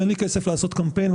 ואין לי כסף לעשות קמפיין,